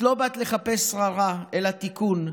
את לא באת לחפש שררה אלא תיקון,